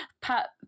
pat